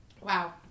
Wow